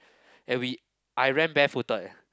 and we I ran barefoot thought eh